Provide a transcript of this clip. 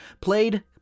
played